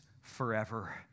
forever